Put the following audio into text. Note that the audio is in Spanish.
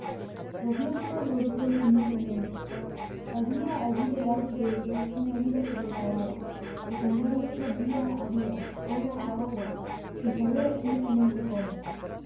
los médicos volvieron inútilmente había allí delante de ellos una vida que se acababa desangrándose día a día hora a hora sin saber absolutamente cómo